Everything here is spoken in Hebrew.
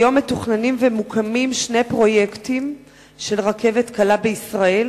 כיום מתוכננים ומוקמים שני פרויקטים של רכבת קלה בישראל.